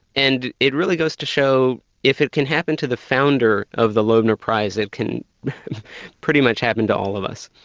and it really goes to show if it can happen to the founder of the loebner prize, it can pretty much happen to all of us.